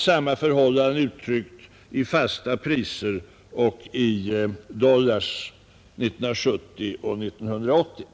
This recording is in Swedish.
samma förhållande uttryckt i fasta priser och i dollar 1970 och 1980.